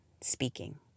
speaking